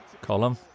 column